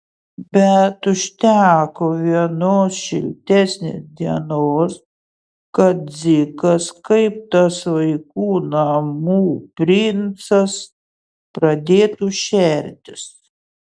bet užteko vienos šiltesnės dienos kad dzikas kaip tas vaikų namų princas pradėtų šertis